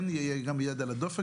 כן יהיה גם עם יד על הדופק,